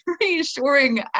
reassuring